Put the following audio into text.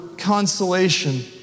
consolation